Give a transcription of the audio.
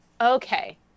okay